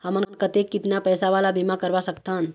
हमन कतेक कितना पैसा वाला बीमा करवा सकथन?